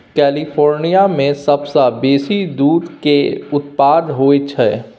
California मे सबसँ बेसी दूध केर उत्पाद होई छै